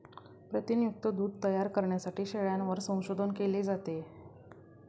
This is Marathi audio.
प्रथिनयुक्त दूध तयार करण्यासाठी शेळ्यांवर संशोधन केले जाते